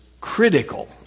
critical